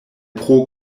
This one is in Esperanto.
pro